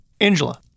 Angela